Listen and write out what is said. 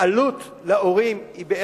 העלות להורים היא,